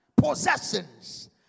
possessions